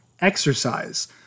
exercise